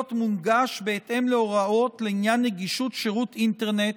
מונגש בהתאם להוראות לעניין נגישות שירות אינטרנט